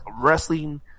wrestling